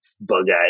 bug-eyed